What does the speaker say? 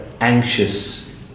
anxious